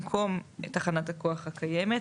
במקום תחנת הכוח הקיימת,